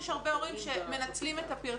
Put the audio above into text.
יש הרבה הורים שמנצלים את הפרצה.